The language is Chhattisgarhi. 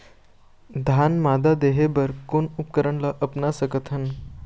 धान मादा देहे बर कोन उपकरण ला अपना सकथन?